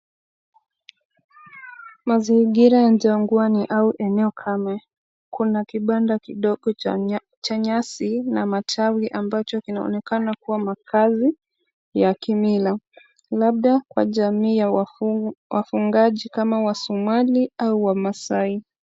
Mazingira ya jagwani au eneo kame. Kuna kibanda kidogo cha nya cha nyasi na matawi ambacho kinaonekana kuwa makazi ya kimila kwa jamii ya wafu wafugaji kama wasomali au wamaasai.